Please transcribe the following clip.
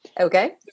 Okay